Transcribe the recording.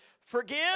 Forgive